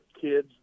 kids